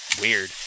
Weird